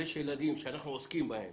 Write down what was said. יש ילדים שאנחנו עוסקים בהם,